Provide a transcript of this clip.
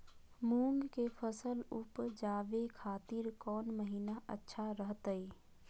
मूंग के फसल उवजावे खातिर कौन महीना अच्छा रहतय?